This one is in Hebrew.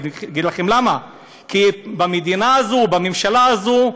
אני אגיד לכם למה, כי במדינה הזאת, בממשלה הזאת,